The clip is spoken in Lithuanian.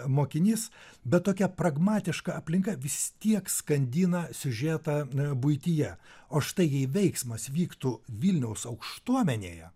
mokinys bet tokia pragmatiška aplinka vis tiek skandina siužetą a buityje o štai jei veiksmas vyktų vilniaus aukštuomenėje